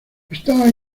está